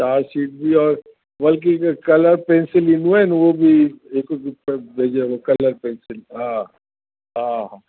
chart sheet बि और बल्कि जे कलर पैंसिल ईंदियूं आहिनि उहो बि हिकु हिकु ब भेजे वठो कलर पैंसिल हा हा